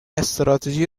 استراتژی